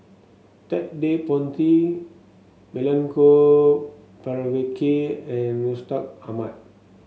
Ted De Ponti Milenko Prvacki and Mustaq Ahmad